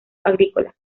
agrícola